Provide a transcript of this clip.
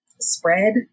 spread